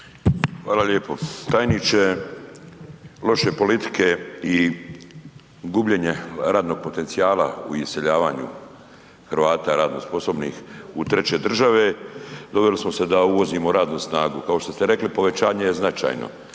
Hvala lijepo. Tajniče, loše politike i gubljenje radnog potencijala u iseljavanju Hrvata radno sposobnih u treće države doveli smo se da uvozimo radnu snagu. Kao što ste rekli, povećanje je značajno,